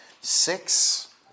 six